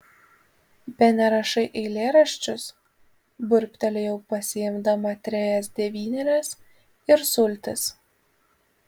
bene rašai eilėraščius burbtelėjau pasiimdama trejas devynerias ir sultis